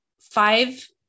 five